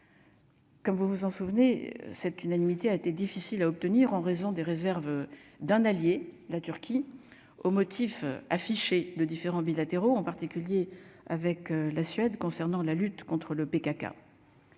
Comme vous vous en souvenez, cette unanimité a été difficile à obtenir en raison des réserves d'un allié de la Turquie au motif affiché de différends bilatéraux, en particulier avec la Suède, concernant la lutte contre le PKK.